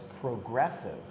progressive